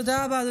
תודה רבה.